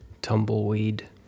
tumbleweed